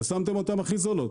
ושמתם אותם הכי זולות,